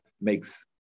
makes